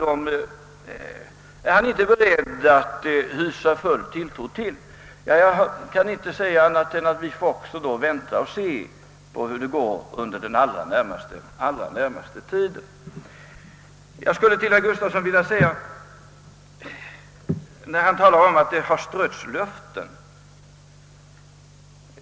Jag kan inte heller i detta fall säga annat än att vi får vänta och se hur det kommer att gå under den allra närmaste tiden. Herr Gustafsson i Skellefteå säger att det har strötts löften.